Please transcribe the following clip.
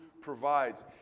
provides